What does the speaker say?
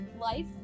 life